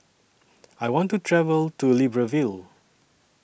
I want to travel to Libreville